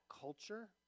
culture